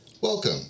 Welcome